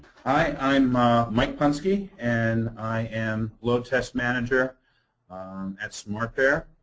hi i'm ah mike punsky. and i am load test manager at smartbear.